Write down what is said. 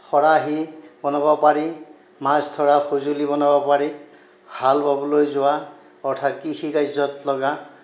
খৰাহি বনাব পাৰি মাঁছ ধৰা সজুলি বনাব পাৰি হাল বাবলৈ যোৱা অৰ্থাৎ কৃষি কাৰ্যত লগা